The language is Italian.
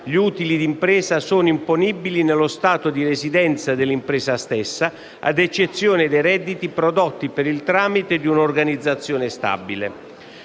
gli utili d'impresa sono imponibili nello Stato di residenza dell'impresa stessa ad eccezione dei redditi prodotti per il tramite di un'organizzazione stabile.